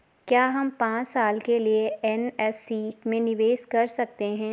क्या हम पांच साल के लिए एन.एस.सी में निवेश कर सकते हैं?